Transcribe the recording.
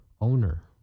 owner